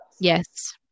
yes